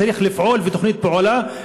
צריך לפעול, תוכנית פעולה.